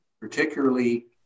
particularly